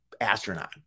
astronaut